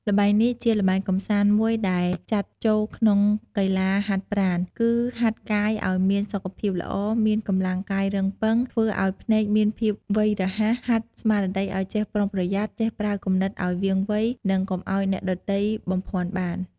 ល្បែងនេះ ជាល្បែងកំសាន្តមួយដែលចាត់ចូលក្នុងកីឡាហាត់ប្រាណ គឺហាត់កាយឲ្យមានសុខភាពល្អ មានកម្លាំងកាយរឹងប៉ឹង ធ្វើឲ្យភ្នែកមានភាពវៃរហ័ស ហាត់ស្មារតីឲ្យចេះប្រុងប្រយ័ត្ន ចេះប្រើគំនិតឲ្យវាងវៃ និងកុំឲ្យអ្នកដទៃបំភ័ន្តបាន។